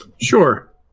Sure